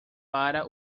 para